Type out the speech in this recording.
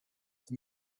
the